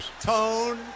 tone